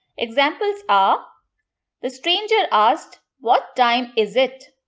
examples are the stranger asked, what time is it?